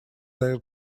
their